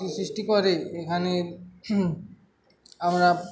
স সৃষ্টি করে এখানে আমরা